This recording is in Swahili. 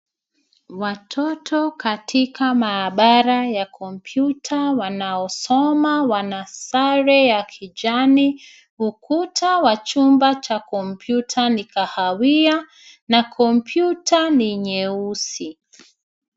Watoto katika maabara ya kompyuta wanaosoma wana sare ya kijani. Ukuta wa chumba cha kompyuta ni kahawia na kompyuta ni nyeusi.